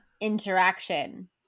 interaction